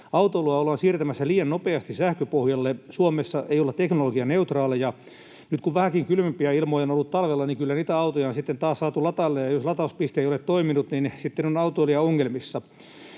Autoilua ollaan siirtämässä liian nopeasti sähköpohjalle. Suomessa ei olla teknologianeutraaleja. Nyt kun vähänkin kylmempiä ilmoja on ollut talvella, kyllä niitä autoja on sitten taas saatu latailla, ja jos latauspiste ei ole toiminut, sitten on autoilija ongelmissa.